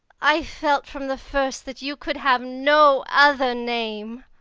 i felt from the first that you could have no other name!